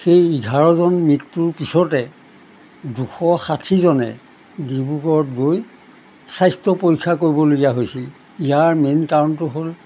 সেই এঘাৰজন মৃত্যুৰ পিছতে দুশ ষাঠিজনে ডিব্ৰুগড়ত গৈ স্বাস্থ্য পৰীক্ষা কৰিবলগীয়া হৈছিল ইয়াৰ মেইন কাৰণটো হ'ল